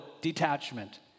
detachment